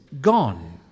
gone